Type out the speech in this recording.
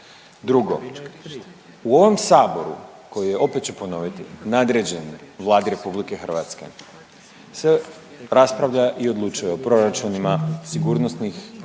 Drugo, u ovom Saboru koji je opet ću ponoviti, nadređen Vladi RH sve raspravlja i odlučuje o proračunima, sigurnosnih